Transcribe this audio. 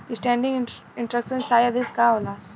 Standing instruction स्थाई आदेश का होला?